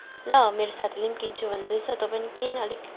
ल मेरो साथीले पनि किन्छु भन्दैछ तँ पनि किन अलिक